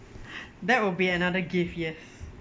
that would be another gift yes